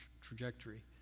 trajectory